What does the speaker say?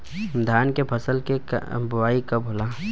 धान के फ़सल के बोआई कब होला?